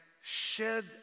shed